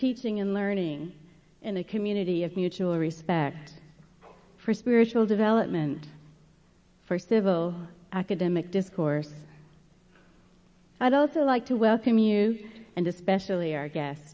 teaching and learning in a community of mutual respect for spiritual development for civil academic discourse i'd also like to welcome you and especially our g